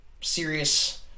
serious